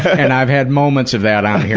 and i've had moments of that on